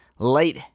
light